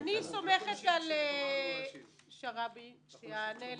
אני סומכת על שרעבי שיענה לי,